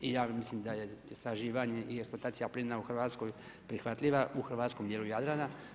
I ja mislim da je istraživanje i eksploatacija plina u Hrvatskoj prihvatljiva u hrvatskom dijelu Jadrana.